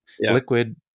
Liquid